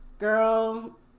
Girl